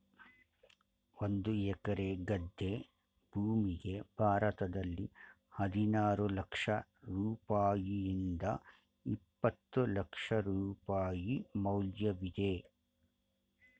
ಒಂದು ಎಕರೆ ಗದ್ದೆ ಭೂಮಿಗೆ ಭಾರತದಲ್ಲಿ ಹದಿನಾರು ಲಕ್ಷ ರೂಪಾಯಿಯಿಂದ ಇಪ್ಪತ್ತು ಲಕ್ಷ ರೂಪಾಯಿ ಮೌಲ್ಯವಿದೆ